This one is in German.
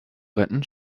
retten